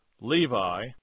Levi